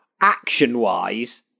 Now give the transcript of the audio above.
action-wise